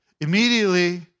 Immediately